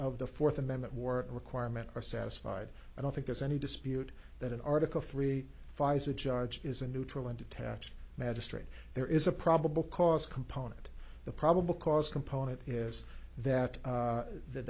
of the fourth amendment work requirement are satisfied i don't think there's any dispute that in article three pfizer judge is a neutral and detached magistrate there is a probable cause component the probable cause component is that that th